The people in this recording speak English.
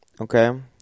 okay